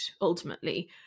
ultimately